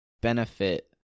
benefit